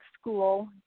school